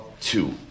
two